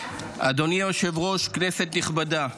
אדוני היושב-ראש, כנסת נכבדה,